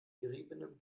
geriebenem